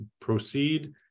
proceed